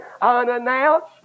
Unannounced